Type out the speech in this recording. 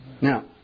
Now